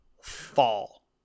fall